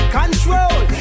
control